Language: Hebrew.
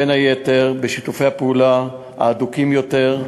בין היתר בשיתופי פעולה הדוקים יותר,